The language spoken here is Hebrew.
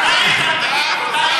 אוהבים אותך, איתן.